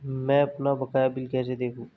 मैं अपना बकाया बिल कैसे देखूं?